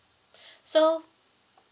so